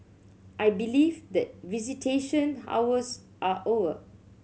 I believe that visitation hours are over